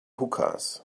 hookahs